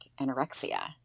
anorexia